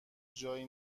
جایی